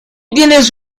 tienes